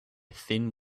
thin